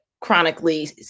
chronically